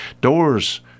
Doors